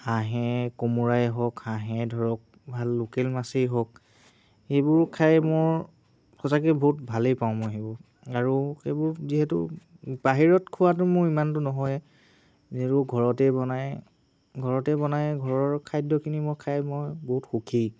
হাঁহে কোমোৰায়ে হওক হাঁহে ধৰক ভাল লোকেল মাছেই হওক এইবোৰ খাই মোৰ সঁচাকৈয়ে বহুত ভালেই পাওঁ মই সেইবোৰ আৰু সেইবোৰ যিহেতু বাহিৰত খোৱাতো মোৰ ইমানতো নহয়ে যিহেতু ঘৰতেই বনাই ঘৰতেই বনাই ঘৰৰ খাদ্যখিনি মই খাই মই বহুত সুখী